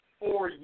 four